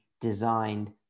designed